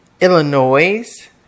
Illinois